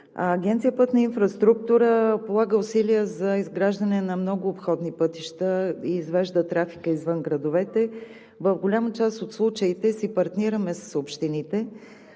Агенция „Пътна инфраструктура“ полага усилия за изграждане на много обходни пътища и извежда трафика извън градовете. В голяма част от случаите си партнираме с общините